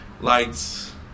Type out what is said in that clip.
lights